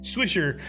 Swisher